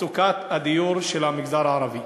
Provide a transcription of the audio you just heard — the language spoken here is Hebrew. מצוקת הדיור של המגזר הערבי.